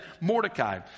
Mordecai